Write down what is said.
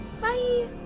Bye